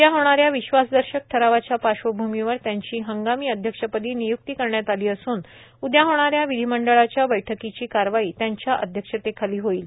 उद्या होणाऱ्या विश्वासदर्शक ठरावाच्या पार्श्वभूमीवर त्यांची हंगामी अध्यक्षपदी नियुक्ती करण्यात आली असून उद्या होणाऱ्या विधीमंडळाच्या बैठकीची कारवाई त्यांच्या अध्यक्षतेखाली होईल